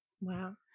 Wow